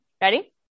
ready